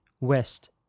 west